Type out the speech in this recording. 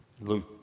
Luke